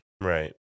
right